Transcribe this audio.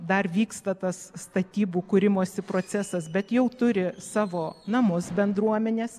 dar vyksta tas statybų kūrimosi procesas bet jau turi savo namus bendruomenės